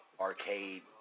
arcade